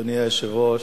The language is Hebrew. אדוני היושב-ראש,